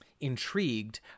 intrigued